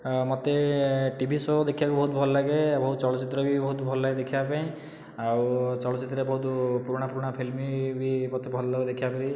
ହଁ ମୋତେ T V show ଦେଖିବାକୁ ବହୁତ ଭଲଲାଗେ ବହୁତ ଚଳଚିତ୍ର ବି ବହୁତ ଭଲ ଲାଗେ ଦେଖିବା ପାଇଁ ଆଉ ଚଳଚିତ୍ରରେ ବହୁତ ପୁରୁଣା ପୁରୁଣା ଫିଲ୍ମ ବି ମୋତେ ଭଲଲାଗେ ଦେଖିବାପାଇଁ